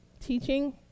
teaching